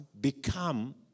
become